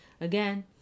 Again